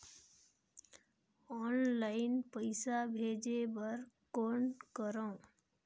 Online पईसा भेजे बर कौन करव?